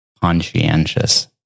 conscientious